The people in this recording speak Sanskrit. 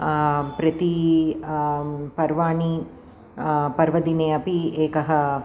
प्रति पर्वाणि पर्वदिने अपि एकः